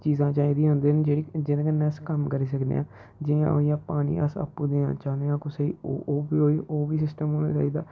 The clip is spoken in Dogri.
चीज़ां चाहिदियां होंदिया न जेह्ड़े जेह्दे कन्नै अस कम्म करी सकने आं जियां होई गेआ पानी अस आपूं देना चाह्न्ने आं कुसै गी ओह् ओह् ओह् बी सिस्टम होना चाहिदा